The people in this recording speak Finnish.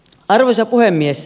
arvoisa puhemies